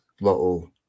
little